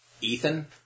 Ethan